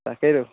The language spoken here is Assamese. তাকেইটো